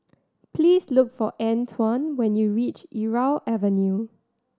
please look for Antoine when you reach Irau Avenue